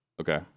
Okay